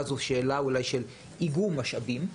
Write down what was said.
כי אז אולי זו שאלה של איגום משאבים,